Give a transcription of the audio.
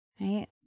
Right